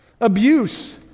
Abuse